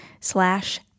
slash